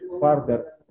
further